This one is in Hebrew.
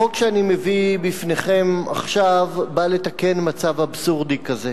החוק שאני מביא בפניכם עכשיו בא לתקן מצב אבסורדי כזה.